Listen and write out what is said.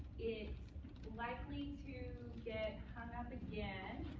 it's likely to get hung up again.